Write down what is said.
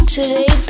Today